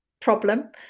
problem